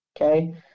Okay